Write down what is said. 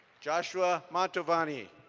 joshua montovani.